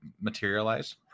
materialize